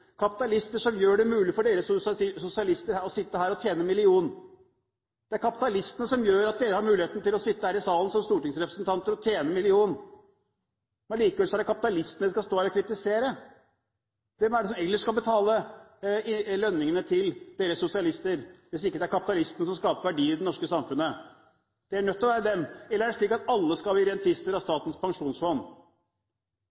kapitalister som gjør det mulig for dere sosialister å sitte her og tjene en million. Det er kapitalistene som gjør at dere har muligheten til å sitte her i salen som stortingsrepresentanter og tjene en million. Likevel er det kapitalistene dere skal stå her og kritisere. Hvem er det ellers som kan betale lønningene til dere sosialister, hvis det ikke er kapitalistene som skaper verdiene i det norske samfunnet? Det er nødt til å være dem – eller er det slik at alle skal bli rentenister av